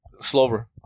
Slover